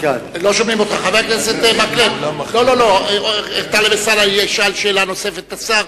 חבר הכנסת טלב אלסאנע ישאל שאלה נוספת את השר,